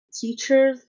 teachers